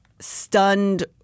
stunned